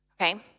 Okay